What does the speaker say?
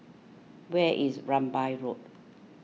where is Rambai Road